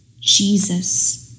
Jesus